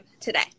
today